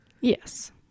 Yes